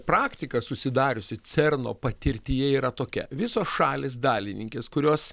praktika susidariusi cerno patirtyje yra tokia visos šalys dalininkės kurios